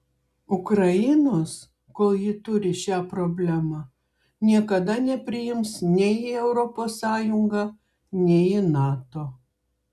ukrainos kol ji turi šią problemą niekada nepriims nei į europos sąjungą nei į nato